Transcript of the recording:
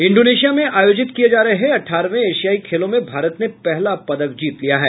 Indonesia में आयोजित किये जा रहे अठारहवें एशियाई खेलों में भारत ने पहला पदक जीत लिया है